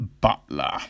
Butler